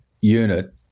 unit